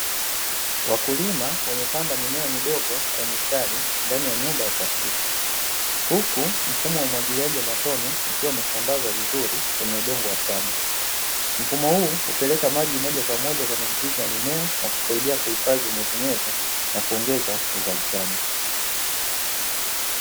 Wakulima wamepanda mimea midogo kwa mistari ndani ya nyumba ya plastiki, huku mfumo wa umwagiliaji wa matone ukiwa umesambazwa vizuri kwenye udongo wa shamba. Mfumo huu hupeleka maji moja kwa moja kwenye mizizi ya mimea na kusaidia kuhifadhi unyevu na kuongeza uzalishaji.